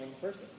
person